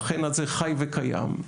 החן הזה חי וקיים.